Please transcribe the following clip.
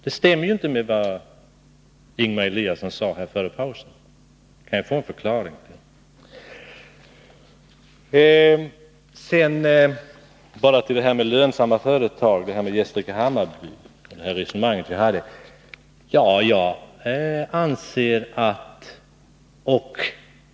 Det stämmer ju inte med vad Ingemar Eliasson sade före pausen. Kan jag få en förklaring? Så bara några ord om lönsamma företag och det resonemang som vi hade om Gästrike-Hammarby.